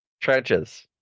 Trenches